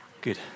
Good